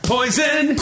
Poison